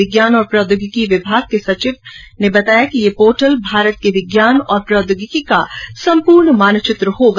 विज्ञान और प्रोघोगिकी विमाग के सचिव ने बताया कि यह पोर्टल भारत के विज्ञान और प्रोघोगिकी का सम्पूर्ण मानचित्र होगा